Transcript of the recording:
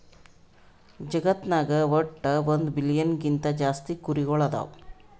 ಜಗತ್ನಾಗ್ ವಟ್ಟ್ ಒಂದ್ ಬಿಲಿಯನ್ ಗಿಂತಾ ಜಾಸ್ತಿ ಕುರಿಗೊಳ್ ಅದಾವ್